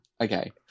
okay